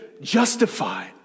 justified